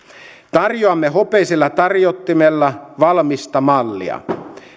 tarjoamme hopeisella tarjottimella valmista mallia